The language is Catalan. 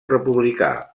republicà